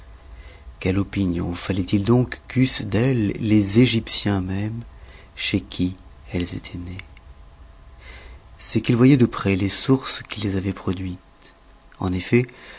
quelle opinion falloit il donc qu'eussent d'elles les egyptiens mêmes chez qui elles étoient nées c'est qu'ils voyoient de près les sources qui les avoient produites en effet